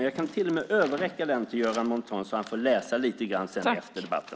Jag kan överräcka den till Göran Montan så att han kan läsa den efter debatten.